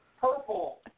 Purple